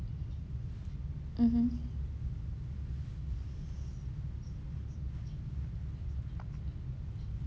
mmhmm